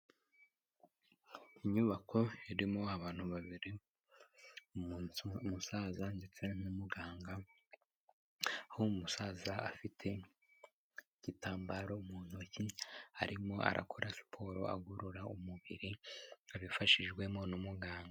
Inyubako irimo abantu babiri umusaza ndetse nu muganga umusaza afite igitambaro mu ntoki arimo arakora siporo agorora umubiri abifashijwemo na muganga.